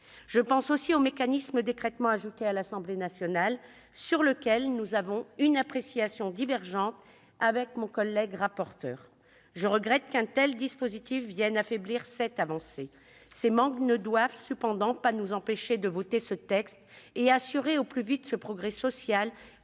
Je pense également au mécanisme d'écrêtement ajouté à l'Assemblée nationale, sur lequel nous avons une appréciation divergente avec mon collègue rapporteur. Je regrette qu'un tel dispositif vienne affaiblir cette avancée. Ces manques ne doivent cependant pas nous empêcher de voter ce texte et d'assurer au plus vite ce progrès social